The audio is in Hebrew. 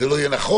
זה לא יהיה נכון,